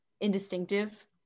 indistinctive